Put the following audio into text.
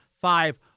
five